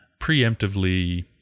preemptively